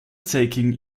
taking